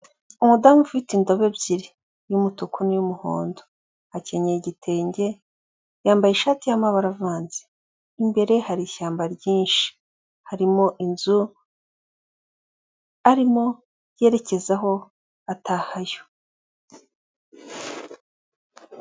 Umudamu ufite indobo ebyiri iy'umutuku n'iy'umuhondo, akenyeye igitenge yambaye ishati y'amabara avanze, imbere hari ishyamba ryinshi harimo inzu arimo yerekezaho atahayo.